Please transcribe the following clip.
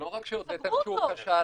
לא רק שהודיתם שהוא כשל,